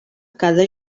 cada